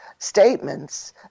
statements